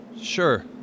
Sure